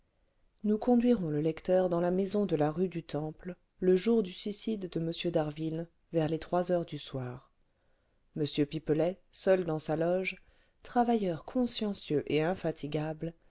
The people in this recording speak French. nous conduirons le lecteur dans la maison de la rue du temple le jour du suicide de m d'harville vers les trois heures du soir m pipelet seul dans sa loge travailleur consciencieux et infatigable